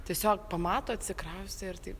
tiesiog pamato atsikraustė ir taip